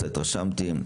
רשמתי,